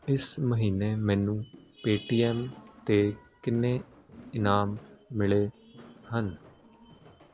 ਇਸ ਮਹੀਨੇ ਮੈਨੂੰ ਪੇਟੀਐੱਮ 'ਤੇ ਕਿੰਨੇ ਇਨਾਮ ਮਿਲੇ ਹਨ